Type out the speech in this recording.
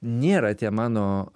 nėra tie mano